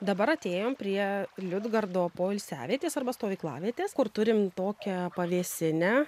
dabar atėjom prie liudgardo poilsiavietės arba stovyklavietės kur turim tokią pavėsinę